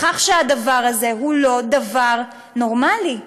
שהדבר הזה הוא לא דבר נורמלי,